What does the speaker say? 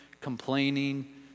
complaining